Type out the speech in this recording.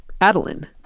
Adeline